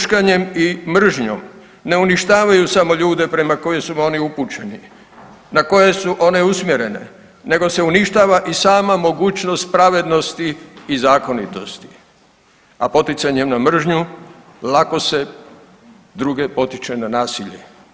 Huškanjem i mržnjom ne uništavaju samo ljude prema koji su oni upućeni, na koje su one usmjerene nego se uništava i sama mogućnost pravednosti i zakonitosti, a poticanje na mržnju lako se druge potiče na nasilje.